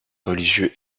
religieux